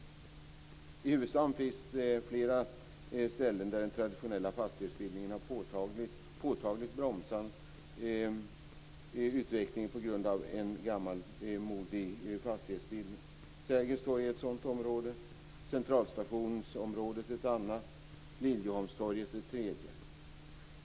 I huvudstaden finns flera ställen där den traditionella fastighetsbildningen påtagligt bromsat utvecklingen på grund av en gammalmodig fastighetsbildning. Sergels torg är ett sådant område, Centralstationsområdet ett annat och Liljeholmstorget ett tredje.